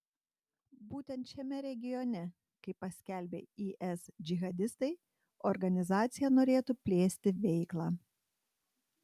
būtent šiame regione kaip paskelbė is džihadistai organizacija norėtų plėsti veiklą